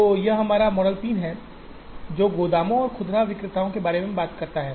तो यह हमारा मॉडल 3 है जो गोदामों और खुदरा विक्रेताओं के बारे में बात करता है